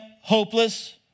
hopeless